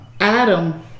Adam